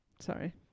Sorry